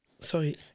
Sorry